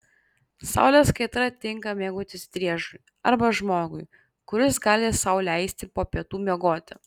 saulės kaitra tinka mėgautis driežui arba žmogui kuris gali sau leisti po pietų miegoti